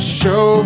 show